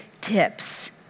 tips